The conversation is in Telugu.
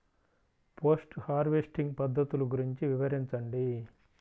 పోస్ట్ హార్వెస్టింగ్ పద్ధతులు గురించి వివరించండి?